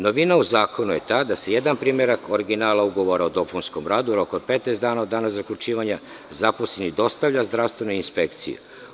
Novina u zakonu je ta da se jedan primerak originala ugovora o dopunskom radu u roku od 15 dana od dana zaključivanja zaposleni dostavlja zdravstvenoj inspekciji.